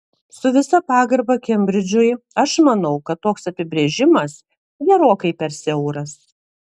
su visa pagarba kembridžui aš manau kad toks apibrėžimas gerokai per siauras